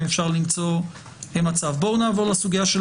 האם אפשר למצוא --- בואו נעבור לסוגיה של